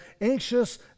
anxious